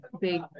big